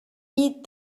eat